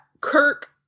Kirk